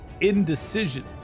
indecision